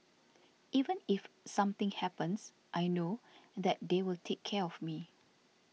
even if something happens I know that they will take care of me